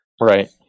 Right